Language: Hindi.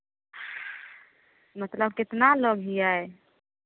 मतलब कितना लोग हिया है